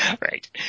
Right